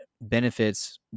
benefits